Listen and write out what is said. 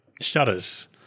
shutters